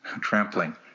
Trampling